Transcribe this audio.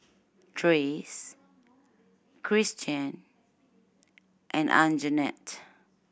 Trace Cristian and Anjanette